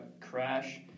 crash